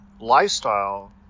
lifestyle